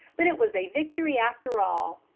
but it was a victory after all.